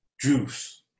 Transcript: juice